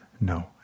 no